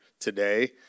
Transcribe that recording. today